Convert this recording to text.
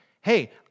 Hey